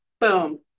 boom